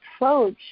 approach